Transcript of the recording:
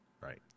right